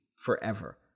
forever